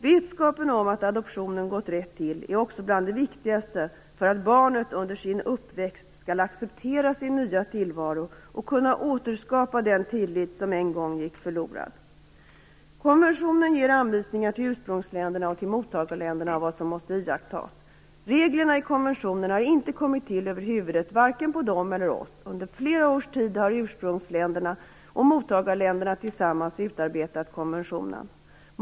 Vetskapen om att adoptionen har gått rätt till är också något av det viktigaste för att barnet under sin uppväxt skall acceptera sin nya tillvaro och kunna återskapa den tillit som en gång gick förlorad. Konventionen ger anvisningar till ursprungsländerna och till mottagarländerna om vad som måste iakttas. Reglerna i konventionen har inte kommit till över huvudet vare sig på dem eller på oss. Under flera års tid har ursprungsländerna och mottagarländerna tillsammans utarbetat konventionen.